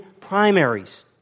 primaries